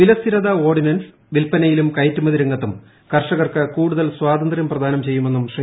വില സ്ഥിരതാ ഓർഡിനൻസ് വിൽപനയിലും കയറ്റുമതി രംഗത്തും കർഷകർക്ക് കൂടുതൽ സ്വാതന്ത്യം പ്രദാനം ചെയ്യുമെന്നും ശ്രീ